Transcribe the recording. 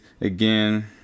again